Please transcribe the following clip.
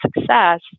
success